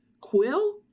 quill